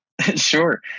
Sure